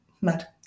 Mad